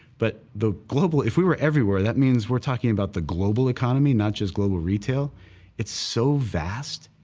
but the global. if we were everywhere, that means we're talking about the global economy, not just global retail it's so vast,